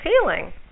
feeling